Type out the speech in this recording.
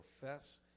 profess